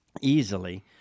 easily